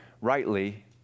rightly